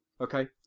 Okay